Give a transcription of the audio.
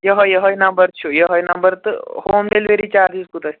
یِہَے یِہَے نمبر چھُ یِہَے نمبر تہٕ ہوم ڈیلؤری چارجِز کوٗتاہ